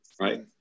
right